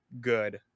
good